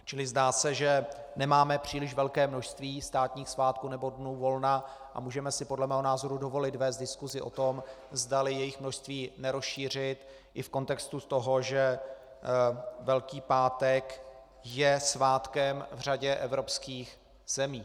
Čili zdá se, že nemáme příliš velké množství státních svátků nebo dnů volna, a můžeme si podle mého názoru dovolit vést diskusi o tom, zdali jejich množství nerozšířit i v kontextu toho, že Velký pátek je svátkem v řadě evropských zemí.